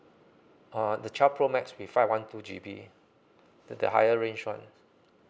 uh the twelve pro max with five two one G_B the the higher range one